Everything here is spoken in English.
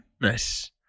Nice